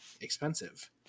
expensive